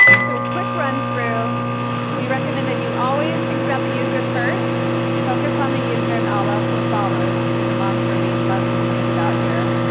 so a quick run-through we recommend that you always think about the user first, focus on the user, and all else will follow is is a mantra we love to think about here.